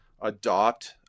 adopt